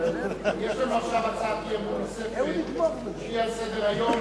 יש לנו עכשיו הצעת אי-אמון נוספת שהיא על סדר-היום